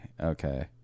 okay